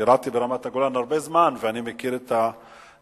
שירתתי ברמת-הגולן הרבה זמן, ואני מכיר את הדברים.